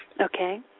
Okay